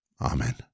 Amen